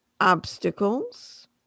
obstacles